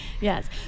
Yes